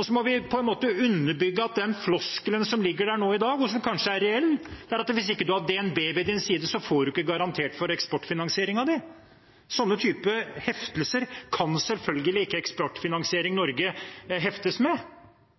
Vi må på en måte underbygge den floskelen som ligger der nå i dag, og som kanskje er reell, at hvis ikke man har DNB ved sin side, får man ikke garantert for eksportfinansieringen sin. Sånne type heftelser kan selvfølgelig ikke Eksportfinansiering Norge heftes med.